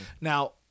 Now